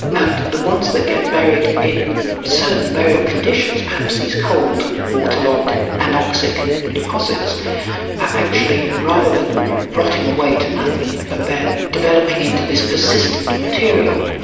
and the ones that get buried in certain burial conditions, perhaps these cold, waterlogged anoxic deposits are actually, rather than rotting away to nothing, ah then developing into this persistent material.